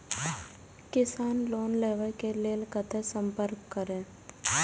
किसान लोन लेवा के लेल कते संपर्क करें?